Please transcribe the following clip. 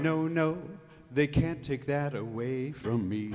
no no they can't take that away from me